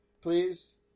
please